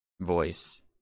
voice